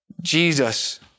Jesus